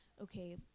okay